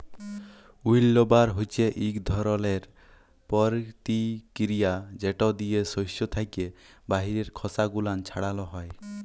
উইল্লবার হছে ইক ধরলের পরতিকিরিয়া যেট দিয়ে সস্য থ্যাকে বাহিরের খসা গুলান ছাড়ালো হয়